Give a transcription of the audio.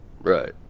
Right